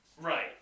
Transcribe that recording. Right